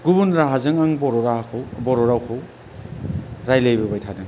गुबुन राहाजों आं बर' रावखौ रायज्लायबोबाय थादों